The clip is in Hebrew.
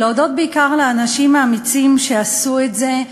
ולהודות בעיקר לאנשים האמיצים שעשו את זה.